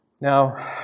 Now